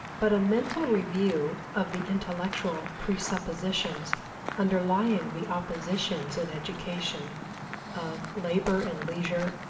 but a mental review of the intellectual presuppositions underlying the oppositions in education of labor and leisure,